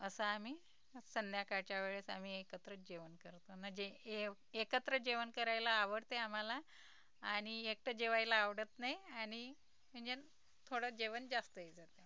असं आम्ही संध्याकाळच्या वेळेस आम्ही एकत्र जेवण करतो म्हणजे एकत्र जेवण करायला आवडते आम्हाला आणि एकटं जेवायला आवडत नाही आनि म्हंजेन थोडं जेवन जास्तई जातं